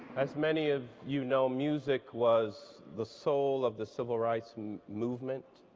as many of you know music was the soul of the civil rights movement.